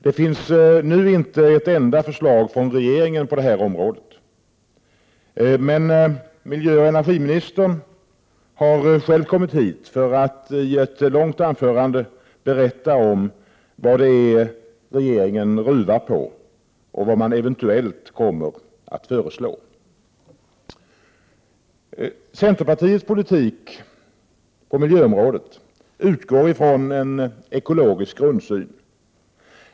Det finns inte ett enda förslag från regeringen på detta område. Men miljöoch energiministern har själv kommit hit för att i ett långt anförande berätta om vad det är som regeringen ruvar på och vad den eventuellt kommer att föreslå. Centerpartiets politik på miljöområdet utgår ifrån en ekologisk grundsyn.